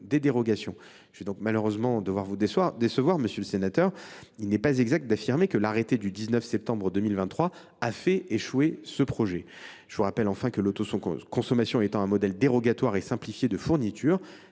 aux critères prévus. Au risque de vous décevoir, monsieur le sénateur, il n’est donc pas exact d’affirmer que l’arrêté du 19 septembre 2023 a fait échouer ce projet. Je vous rappelle, enfin, que, l’autoconsommation étant un modèle dérogatoire et simplifié de fourniture,